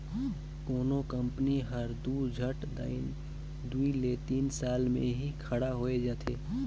कोनो कंपनी हर दो झट दाएन दुई ले तीन साल में ही खड़ा होए जाथे